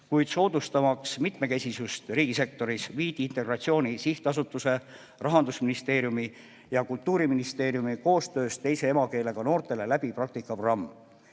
kuid soodustamaks mitmekesisust riigisektoris, viidi Integratsiooni Sihtasutuse, Rahandusministeeriumi ja Kultuuriministeeriumi koostöös teise emakeelega noortele läbi praktikaprogramm.